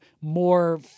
more